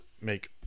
make